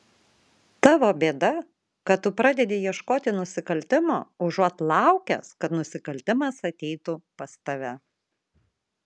tavo bėda kad tu pradedi ieškoti nusikaltimo užuot laukęs kad nusikaltimas ateitų pas tave